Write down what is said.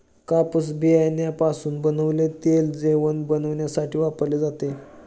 कापूस बियाण्यापासून बनवलेले तेल जेवण बनविण्यासाठी वापरले जाते